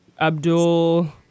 Abdul